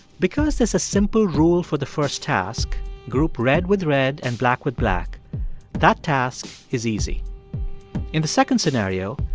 because there's a simple rule for the first task group red with red and black with black that task is easy in the second scenario,